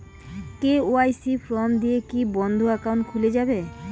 KYC form দিয়ে কি বন্ধ একাউন্ট খুলে যাবে?